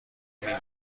میوه